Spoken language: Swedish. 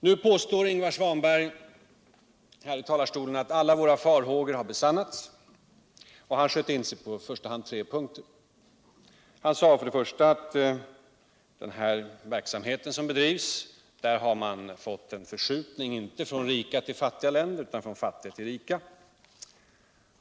Nu påstår Ingvar Svanberg här i talarstolen att alla farhågor besannats, och han sköt in sig på i första hand tre punkter .Han sade för det första att i den verksamhet som bedrivs har det blivit en förskjutning, inte från rika till fattiga länder utan från fattiga till rika.